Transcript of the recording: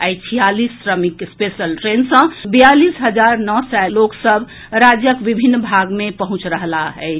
आइ छियालीस श्रमिक special train सॅ बयालीस हजार नओ सय लोक सभ राज्यक विभिन्न भाग मे पहुंचि रहलाह अछि